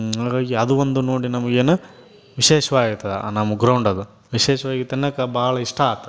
ಹಾಗಾಗಿ ಅದು ಒಂದು ನೋಡಿ ನಮಗ್ ಏನು ವಿಶೇಷ್ವಾಗಿತ್ತು ಆ ನಮ್ಮ ಗ್ರೌಂಡ್ ಅದು ವಿಶೇಷ್ವಾಗಿತ್ತು ಅನ್ನಕ್ಕೆ ಭಾಳ ಇಷ್ಟ ಆಯ್ತು